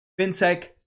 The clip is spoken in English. fintech